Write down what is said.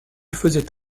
faisait